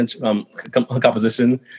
Composition